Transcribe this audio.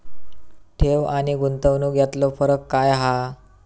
ठेव आनी गुंतवणूक यातलो फरक काय हा?